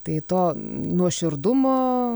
tai to nuoširdumo